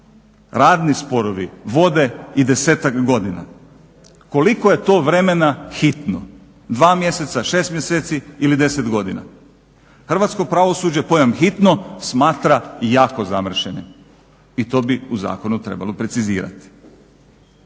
radni sporovi vode i desetak godina koliko je to vremena hitno – 2 mjeseca, 6 mjeseci ili 10 godina. Hrvatsko pravosuđe pojam hitno smatra jako zamršenim i to bi u zakonu trebalo precizirati.